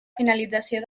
finalització